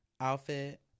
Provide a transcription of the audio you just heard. Outfit